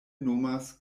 nomas